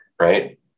right